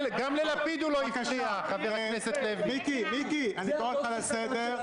אני קורא אותך לסדר.